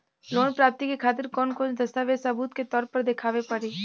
Loan प्राप्ति के खातिर कौन कौन दस्तावेज सबूत के तौर पर देखावे परी?